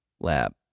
lab